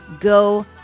Go